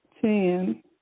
ten